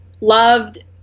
loved